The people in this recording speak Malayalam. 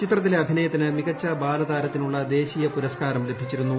ചിത്രത്തിലെ അഭിനയത്തിന് മികച്ച ബാലതാരത്തിനുള്ള ദേശ്വീയ് പുരസ്കാരം ലഭിച്ചിരുന്നു